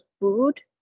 food